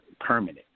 permanent